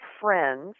friends